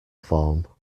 form